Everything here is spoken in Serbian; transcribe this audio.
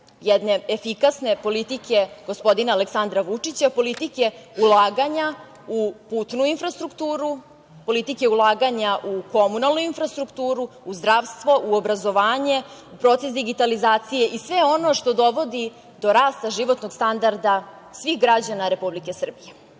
jedne efikasne politike gospodina Aleksandra Vučića, politike ulaganja u putnu infrastrukturu, politike ulaganja u komunalnu infrastrukturu, u zdravstvo, u obrazovanje, u proces digitalizacije i sve ono što dovodi do rasta životnog standarda svih građana Republike Srbije. Kada